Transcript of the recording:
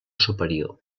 superior